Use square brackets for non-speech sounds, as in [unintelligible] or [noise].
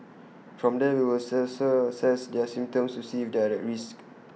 from there we'll [unintelligible] assess their symptoms to see if they're at risk